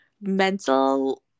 mental